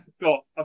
got